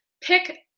pick